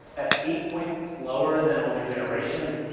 that eight points lower than older generations,